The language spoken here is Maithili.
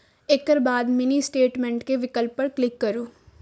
एकर बाद मिनी स्टेटमेंट के विकल्प पर क्लिक करू